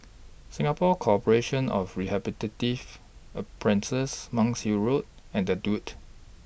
Singapore Corporation of Rehabilitative A Princess Monk's Hill Road and The Duke